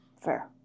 Fair